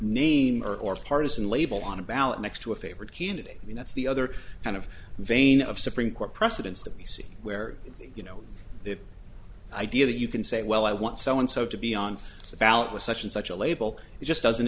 name or or partisan label on a ballot next to a favored candidate and that's the other kind of vein of supreme court precedents that we see where you know the idea that you can say well i want so and so to beyond about with such and such a label it just doesn't